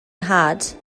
nhad